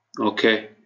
okay